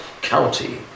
county